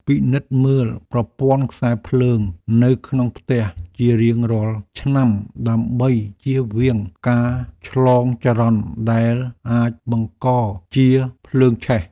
ពិនិត្យមើលប្រព័ន្ធខ្សែភ្លើងនៅក្នុងផ្ទះជារៀងរាល់ឆ្នាំដើម្បីជៀសវាងការឆ្លងចរន្តដែលអាចបង្កជាភ្លើងឆេះ។